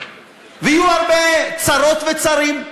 ויהיו הרבה צרות וצרים,